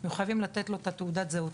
אנחנו חייבים לתת לו את תעודת הזהות.